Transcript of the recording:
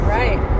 right